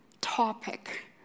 topic